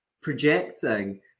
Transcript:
projecting